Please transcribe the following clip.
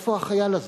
איפה החייל הזה?